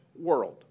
world